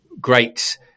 great